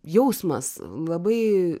jausmas labai